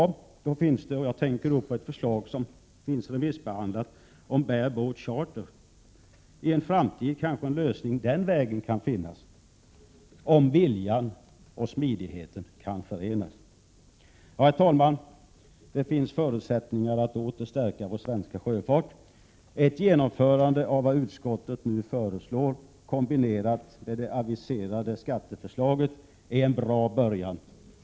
Jag tänker på ett förslag som har remissbehandlats om s.k. bare boat charter. I en framtid kanske en lösning den vägen kan ges, om viljan och smidigheten kan förenas. Herr talman! Det finns förutsättningar att åter stärka vår svenska sjöfart. Ett genomförande av vad utskottet nu föreslår, kombinerat med det aviserade skatteförslaget, är en bra början.